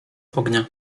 ognia